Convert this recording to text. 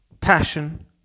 passion